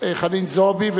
חנין זועבי,